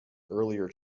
earlier